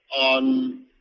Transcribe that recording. on